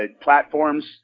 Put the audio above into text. platforms